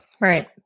right